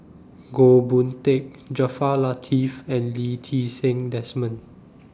Goh Boon Teck Jaafar Latiff and Lee Ti Seng Desmond